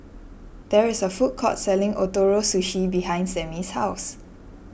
there is a food court selling Ootoro Sushi behind Samie's house